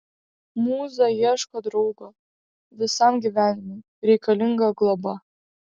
mūza ieško draugo visam gyvenimui reikalinga globa